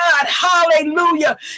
hallelujah